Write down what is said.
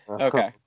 Okay